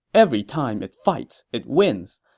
every time it fights, it wins.